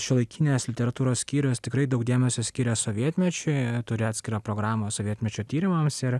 šiuolaikinės literatūros skyrius tikrai daug dėmesio skiria sovietmečiui turi atskirą programą sovietmečio tyrimams ir